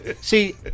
see